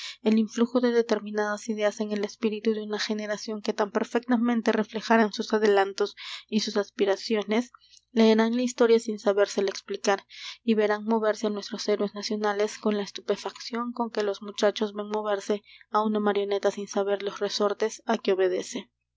el influjo de determinadas ideas en el espíritu de una generación que tan perfectamente reflejaran sus adelantos y sus aspiraciones leerán la historia sin sabérsela explicar y verán moverse á nuestros héroes nacionales con la estupefacción con que los muchachos ven moverse á una marioneta sin saber los resortes á que obedece